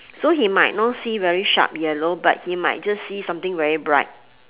so he might not see very sharp yellow but he might just see something very bright